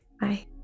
Bye